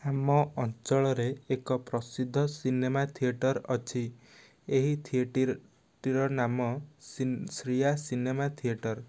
ଆମ ଅଞ୍ଚଳରେ ଏକ ପ୍ରସିଦ୍ଧ ସିନେମା ଥିଏଟର ଅଛି ଏହି ଥିଏଟିରଟିର ନାମ ଶ୍ରୀୟା ସିନେମା ଥିଏଟର